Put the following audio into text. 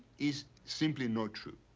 is simply not true.